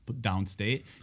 downstate